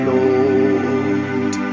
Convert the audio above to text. Lord